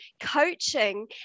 coaching